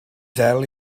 ddel